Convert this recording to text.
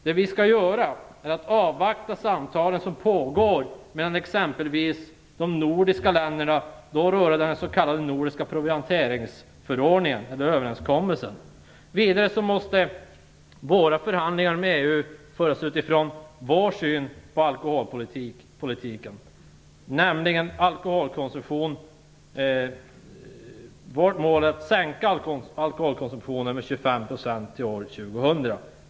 Det vi skall göra är att avvakta samtalet som pågår mellan exempelvis de nordiska länderna rörande den s.k. Vidare måste våra förhandlingar med EU föras utifrån vår syn på alkoholpolitiken, nämligen att vårt mål är att sänka alkoholkonsumtionen med 25 % till år 2000.